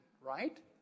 Right